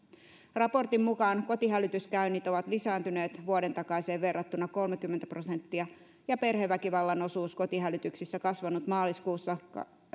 raportin mukaan kotihälytyskäynnit ovat lisääntyneet vuodentakaiseen verrattuna kolmekymmentä prosenttia ja perheväkivallan osuus kotihälytyksistä kasvanut maaliskuussa